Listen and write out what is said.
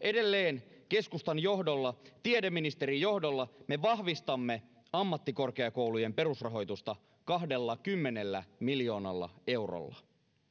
edelleen keskustan johdolla tiedeministerin johdolla me vahvistamme ammattikorkeakoulujen perusrahoitusta kahdellakymmenellä miljoonalla eurolla